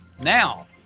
Now